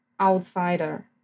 outsider